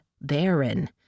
Baron